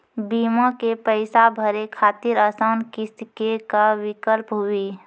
बीमा के पैसा भरे खातिर आसान किस्त के का विकल्प हुई?